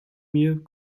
mir